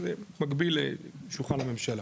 שזה מקביל לשולחן הממשלה